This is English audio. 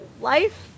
life